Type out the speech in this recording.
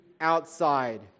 outside